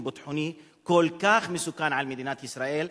ביטחוני כל כך מסוכן על מדינת ישראל,